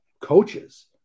coaches